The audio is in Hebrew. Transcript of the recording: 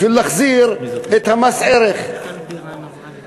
בשביל להחזיר מס ערך מוסף.